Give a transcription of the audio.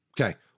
Okay